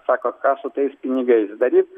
sako ką su tais pinigais daryt